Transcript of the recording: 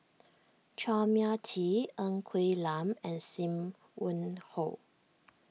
Chua Mia Tee Ng Quee Lam and Sim Wong Hoo